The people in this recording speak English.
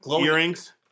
earrings